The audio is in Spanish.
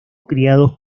criados